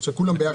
של כולם ביחד.